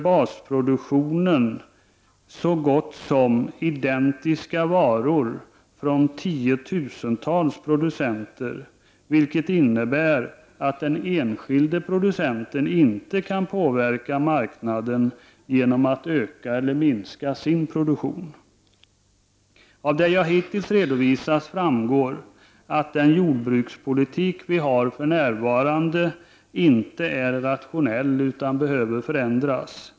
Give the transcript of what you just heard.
Basproduktionen utgör så gott som identiska varor från tiotusentals producenter, vilket innebär att den enskilde producenten inte kan påverka marknaden genom att öka eller minska sin produktion. Av det jag hittills har redovisat framgår att den jordbrukspolitik som vi för närvarande har inte är rationell utan behöver förändras.